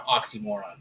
oxymoron